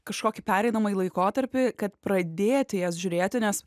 kažkokį pereinamąjį laikotarpį kad pradėti jas žiūrėti nes